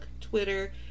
Twitter